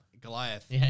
Goliath